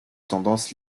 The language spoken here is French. tendance